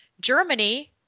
Germany